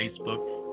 Facebook